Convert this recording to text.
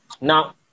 Now